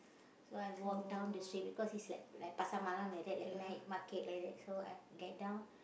so I walk down the street because is like like Pasar-Malam like that like night market like that so I get down